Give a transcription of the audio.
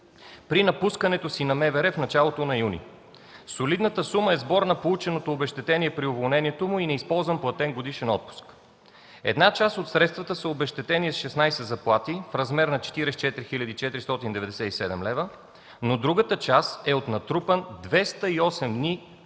при напускането на МВР в началото на месец юни. Солидната сума е сбор от полученото обезщетение при уволнението му и неизползван платен годишен отпуск. Една част от средствата са обезщетение от 16 заплати в размер на 44 497 лв., а другата част е от натрупан 208 дни отпуск.